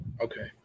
Okay